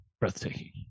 breathtaking